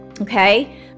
okay